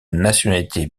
nationalité